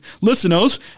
listeners